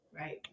right